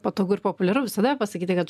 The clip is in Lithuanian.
patogu ir populiaru visada pasakyti kad